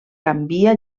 canvia